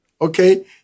Okay